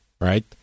right